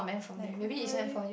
like really